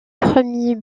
premier